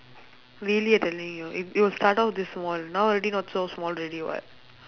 really at the link you know it it will start off this small [one] now already not so small already [what]